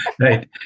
Right